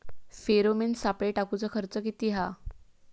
Pheromone सापळे टाकूचो खर्च किती हा?